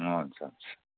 हुन्छ हुन्छ